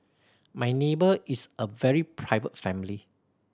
my neighbour is a very private family